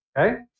Okay